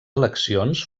eleccions